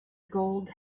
gold